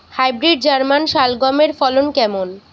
Hybrid German শালগম এর ফলন কেমন?